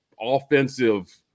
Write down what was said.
offensive